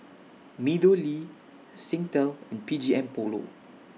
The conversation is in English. Meadowlea Singtel and B G M Polo